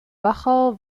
wachau